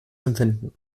empfinden